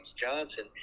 Johnson –